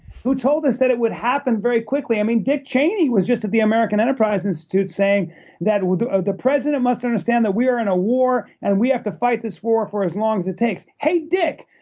who told us that it would happen very quickly? i mean dick cheney was just at the american enterprise institute saying that ah the president must understand that we are in a war, and we have to fight this war for as long as it takes. hey, dick,